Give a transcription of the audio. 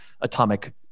atomic